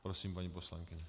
Prosím, paní poslankyně.